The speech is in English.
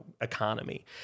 economy